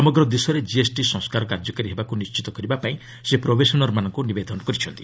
ସମଗ୍ର ଦେଶରେ ଜିଏସ୍ଟି ସଂସ୍କାର କାର୍ଯ୍ୟକାରୀ ହେବାକୁ ନିର୍ଣ୍ଣିତ କରିବାପାଇଁ ସେ ପ୍ରୋବେସନର୍ମାନଙ୍କୁ ନିବେଦନ କରିଛନ୍ତି